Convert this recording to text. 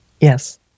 yes